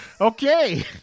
Okay